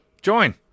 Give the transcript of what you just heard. Join